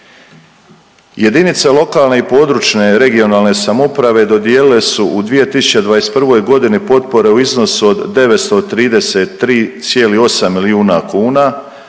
Jedinice lokalne i područne (regionalne) samouprave dodijelile su u 2021. godini potpore u iznosu od 933,8 milijuna kuna.